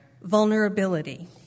vulnerability